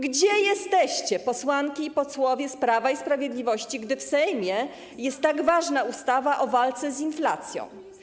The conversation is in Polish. Gdzie jesteście, posłanki i posłowie z Prawa i Sprawiedliwości, gdy w Sejmie jest procedowana tak ważna ustawa o walce z inflacją?